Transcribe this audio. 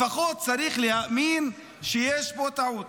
לפחות צריך להאמין שיש פה טעות.